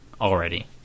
already